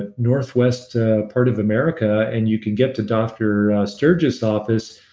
and northwest part of america and you can get to dr. sturges' office,